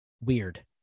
weird